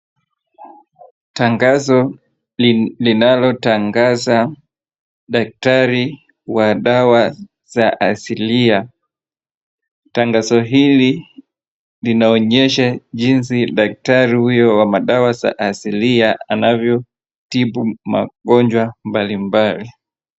Tangazo linalotangaza daktari wa dawa za asilia. Tangazo hili linaonyesha jinsi daktari huyo wa madawa za asilia anatibu magonjwa mbalimbali.